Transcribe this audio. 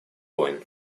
войн